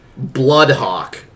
Bloodhawk